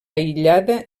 aïllada